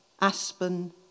aspen